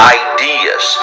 ideas